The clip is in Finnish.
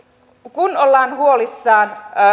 kun ollaan huolissaan